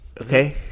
Okay